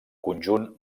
conjunt